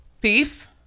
thief